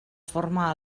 forma